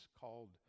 called